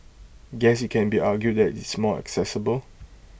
guess IT can be argued that it's more accessible